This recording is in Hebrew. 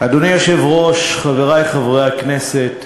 אדוני היושב-ראש, חברי חברי הכנסת,